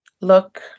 look